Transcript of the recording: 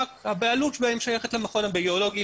רק הבעלות בהן שייכת למכון הביולוגי,